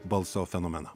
balso fenomeną